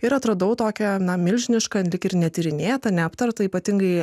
ir atradau tokią milžinišką lyg ir netyrinėtą neaptartą ypatingai